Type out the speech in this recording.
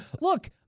Look